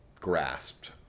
grasped